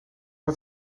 het